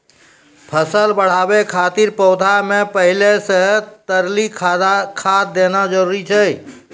फसल बढ़ाबै खातिर पौधा मे पहिले से तरली खाद देना जरूरी छै?